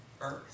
earth